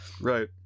Right